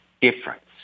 difference